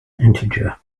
integer